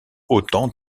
autant